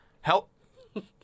Help